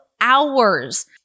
hours